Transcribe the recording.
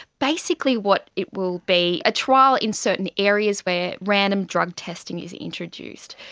basically what it will be, a trial in certain areas where random drug testing is introduced.